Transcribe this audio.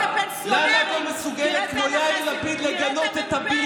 תגיד את זה, ותצא החוצה לראות את האנרכיסטים.